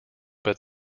but